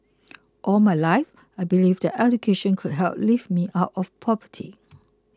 all my life I believed that education could help lift me out of poverty